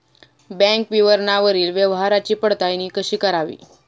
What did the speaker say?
Bank विवरणावरील व्यवहाराची पडताळणी कशी करावी?